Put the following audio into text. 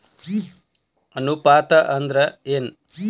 ಅನುಪಾತ ಅಂದ್ರ ಏನ್?